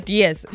yes